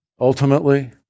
Ultimately